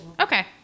Okay